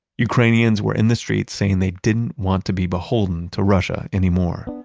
ukrainians were in the streets saying they didn't want to be beholden to russia anymore